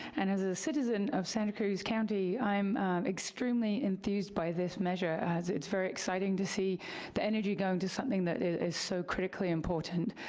and as a citizen of santa cruz county, i'm extremely enthused by this measure as it's very exciting to see the energy going to something that is so critically important.